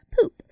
poop